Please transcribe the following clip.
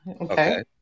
Okay